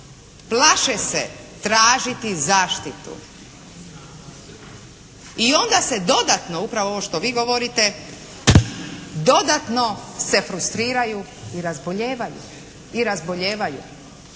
plaće se tražiti zaštitu i onda se dodatno upravo ovo što vi govorite, dodatno se frustriraju i razbolijevaju jer to čovjek